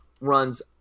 runs